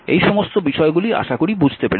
এই সমস্ত বিষয়গুলি আশা করি বুঝতে পেরেছেন